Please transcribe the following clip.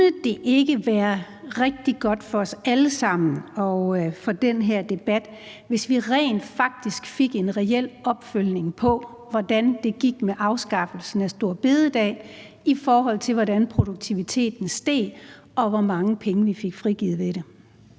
Kunne det ikke være rigtig godt for os alle sammen og for den her debat, hvis vi rent faktisk fik en reel opfølgning på, hvordan det gik med afskaffelsen af store bededag, i forhold til hvordan produktiviteten steg og hvor mange penge vi fik frigivet ved det?